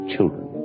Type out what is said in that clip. Children